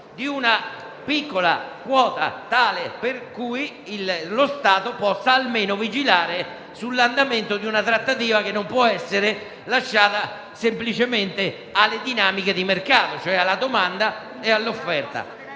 di una piccola quota tale per cui lo Stato possa almeno vigilare sull'andamento di una trattativa che non può essere lasciata semplicemente alle dinamiche di mercato, cioè alla domanda e all'offerta.